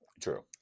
True